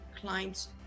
client's